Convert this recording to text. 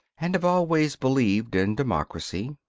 and have always believed in democracy,